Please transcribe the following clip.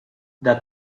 the